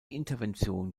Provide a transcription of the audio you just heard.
intervention